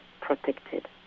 protected